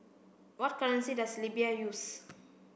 what currency does Libya use